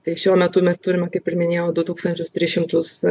tai šiuo metu mes turime kaip ir minėjau du tūkstančius tris šimtus